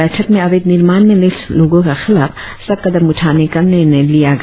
बैठक में अवैध निर्माण में लिप्त लोगो के खिलाफ सख्त कदम उठाने का निर्णय लिया गया